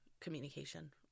communication